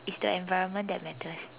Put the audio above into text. it's the environment that matters